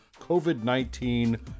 COVID-19